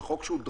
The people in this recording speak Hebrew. זה חוק דרקוני,